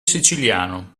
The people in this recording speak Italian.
siciliano